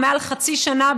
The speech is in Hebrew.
או מעל חצי שנה,